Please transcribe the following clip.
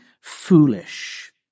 foolish